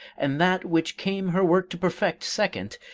and that which came her work to perfect, second,